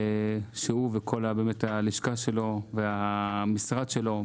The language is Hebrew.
שהוא וכל באמת הלשכה שלו והמשרד שלו,